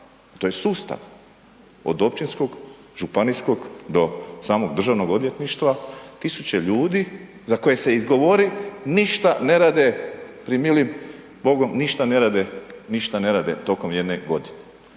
to je sustav od općinskog, županijskog do samog državnog odvjetništva, tisuće ljudi za koje se izgovori ništa ne rade pri milim Bogom, ništa ne rade, ništa ne rade tokom jedne godine.